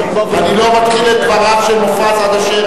אני לא מתחיל את דבריו של מופז עד אשר